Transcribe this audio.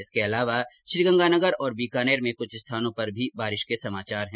इसके अलावा श्रीगंगानगर और बीकानेर में कुछ स्थानों पर भी बारिश के समाचार है